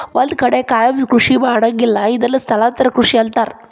ಒಂದ ಕಡೆ ಕಾಯಮ ಕೃಷಿ ಮಾಡಂಗಿಲ್ಲಾ ಇದನ್ನ ಸ್ಥಳಾಂತರ ಕೃಷಿ ಅಂತಾರ